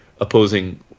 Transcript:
opposing